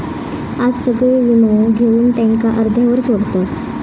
आज सगळे वीमो घेवन त्याका अर्ध्यावर सोडतत